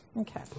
Okay